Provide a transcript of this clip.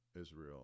Israel